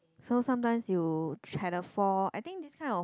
so sometimes you try had a fall I think this kind of